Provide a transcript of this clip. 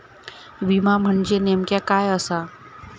विमा म्हणजे नेमक्या काय आसा?